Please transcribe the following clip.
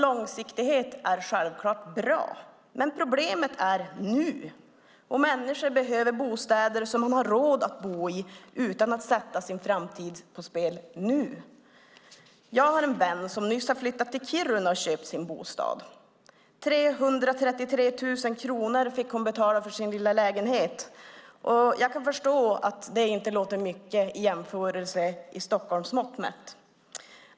Långsiktighet är självfallet bra. Men problemet finns nu. Människor behöver bostäder som de har råd att bo i utan att sätta sin framtid på spel nu . Jag har en vän som nyss har flyttat till Kiruna och köpt sin bostad. 333 000 kronor fick hon betala för sin lilla lägenhet. Jag kan förstå att det inte låter mycket med Stockholmsmått mätt.